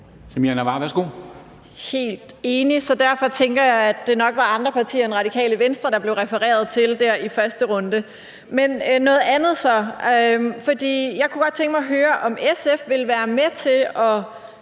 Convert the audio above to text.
Samira Nawa (RV): Jeg er helt enig, og derfor tænker jeg, at det nok var andre partier end Det Radikale Venstre, der blev refereret til i den første runde. Men noget andet er, at jeg godt kunne tænke mig at høre, om SF vil være med til lægge